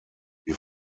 wir